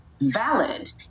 valid